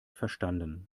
verstanden